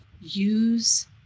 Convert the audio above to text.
use